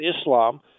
Islam